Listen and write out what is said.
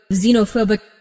xenophobic